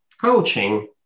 Coaching